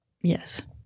Yes